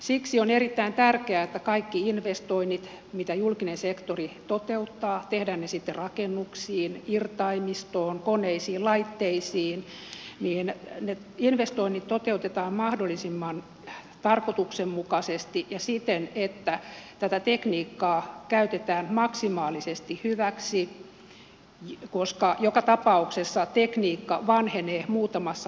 siksi on erittäin tärkeää että kaikki investoinnit mitä julkinen sektori toteuttaa tehdään ne sitten rakennuksiin irtaimistoon koneisiin laitteisiin toteutetaan mahdollisimman tarkoituksenmukaisesti ja siten että tätä tekniikkaa käytetään maksimaalisesti hyväksi koska joka tapauksessa tekniikka vanhenee muutamassa vuodessa